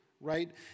Right